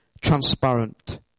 transparent